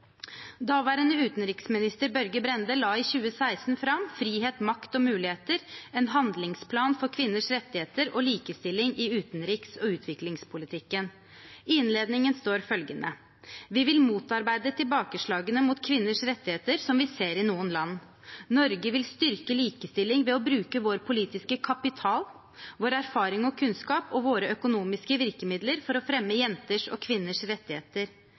Daværende utenriksminister Børge Brende la i 2016 fram Frihet, makt og muligheter, en handlingsplan for kvinners rettigheter og likestilling i utenriks- og utviklingspolitikken. I innledningen står følgende: «Vi vil motarbeide tilbakeslagene mot kvinners rettigheter som vi ser i noen land. Norge vil styrke likestilling ved å bruke vår politiske kapital, vår erfaring og kunnskap og våre økonomiske virkemidler for å fremme jenters og kvinners rettigheter.